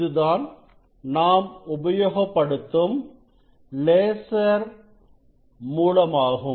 இதுதான் நாம் உபயோகப்படுத்தும் லேசர் மூலமாகும்